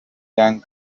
gang